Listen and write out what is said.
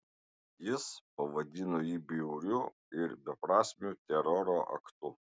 jis pavadino jį bjauriu ir beprasmiu teroro aktu